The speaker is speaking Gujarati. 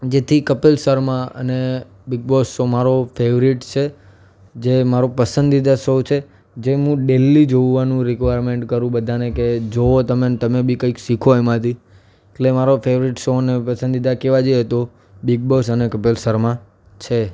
જેથી કપિલ શર્મા અને બિગ બોસ શો મારો ફેવરેટ છે જે મારો પસંદીદા સો છે જે મું ડેલી જોવાનું રિકવારમેન્ટ કરું બધાને કે જોવો તમે ને તમે બી કંઈક શીખો એમાંથી એટલે મારો ફેવરેટ શો મને પસંદીદા કેવા જે હતો બિગ બોસ અને કપિલ શર્મા છે